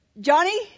Johnny